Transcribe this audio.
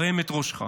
הרם את ראשך,